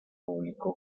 publicó